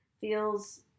feels